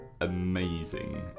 amazing